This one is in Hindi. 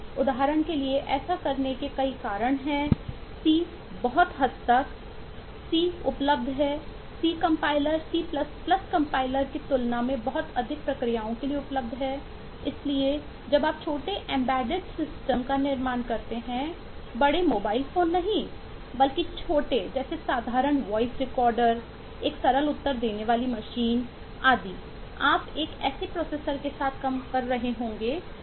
उदाहरण के लिए ऐसा करने के कई कारण हैं C बहुत हद तक